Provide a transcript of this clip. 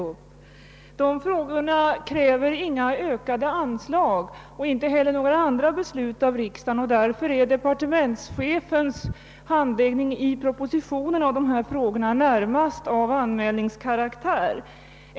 Dessa frågor kräver inga ökade anslag och inte heller några andra beslut av riksdagen, och därför är departementschefens handläggning av frågorna i propositionen närmast av anmälningskaraktär.